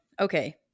okay